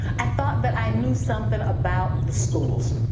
i thought that i knew something about the schools.